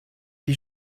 die